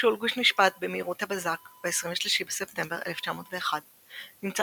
ב-6 בספטמבר 1901, ניגש